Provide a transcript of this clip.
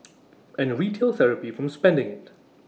and retail therapy from spending IT